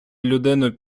людину